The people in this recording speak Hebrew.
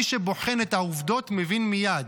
מי שבוחן את העובדות מבין מייד: